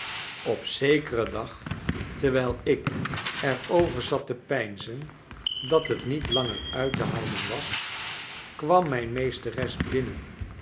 op zekeren dag terwijl ik er over zat te peinzen dat het niet langer uit te houden was kwam mijne meesteres binnen